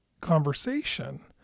conversation